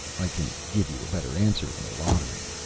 i can give you a better answer than a lottery.